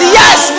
yes